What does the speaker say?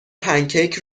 پنکیک